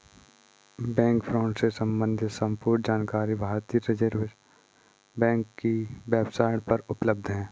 bank fraud से सम्बंधित संपूर्ण जानकारी भारतीय रिज़र्व बैंक की वेब साईट पर उपलब्ध है